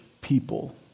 people